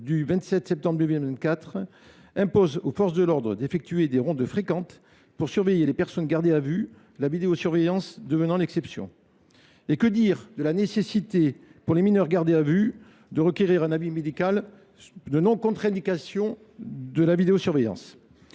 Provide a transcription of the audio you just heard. du 27 septembre 2024, impose aux forces de l’ordre d’effectuer des rondes fréquentes pour surveiller les personnes gardées à vue, la vidéosurveillance devenant l’exception. Que dire de l’obligation, lorsque la personne gardée à vue est mineure, de requérir un avis médical de non contre indication à la vidéosurveillance ?